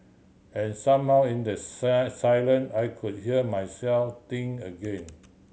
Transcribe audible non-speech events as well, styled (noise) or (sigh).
and somehow in the (unintelligible) silence I could hear myself think again